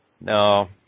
no